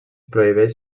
prohibeix